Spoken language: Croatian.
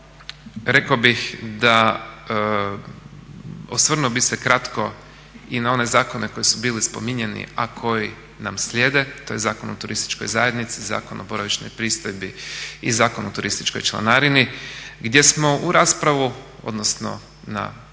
rekao bih da, osvrnuo bih se kratko i na one zakone koji su bili spominjani, a koji nam slijede. To je Zakon o turističkoj zajednici, Zakon o boravišnoj pristojbi i Zakon o turističkoj članarini gdje smo u raspravu odnosno na web